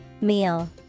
Meal